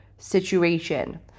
situation